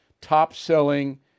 top-selling